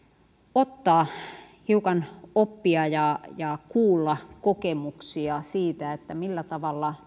ottaa hiukan oppia ja ja kuulla kokemuksia siitä millä tavalla